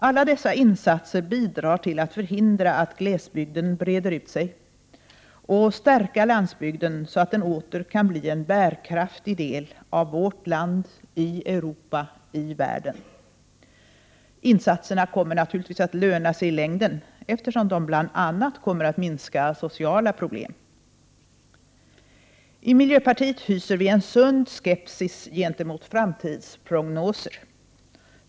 På detta sätt skulle man bidra till att förhindra att glesbygden breder ut sig och till att stärka landsbygden, så att denna åter kan bli en bärkraftig del av vårt land i Europa, i världen. Insatserna kommer naturligtvis att löna sig i längden, eftersom de bl.a. kommer att bidra till en minskning av de sociala problemen. Vi i miljöpartiet hyser en sund skepsis till framtidsprognoser.